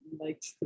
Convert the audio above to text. liked